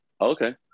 Okay